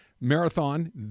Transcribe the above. Marathon